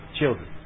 children